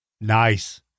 nice